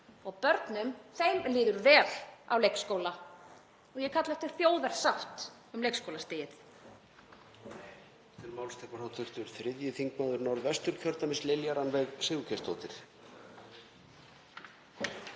og börnum líður vel á leikskóla og ég kalla eftir þjóðarsátt um leikskólastigið.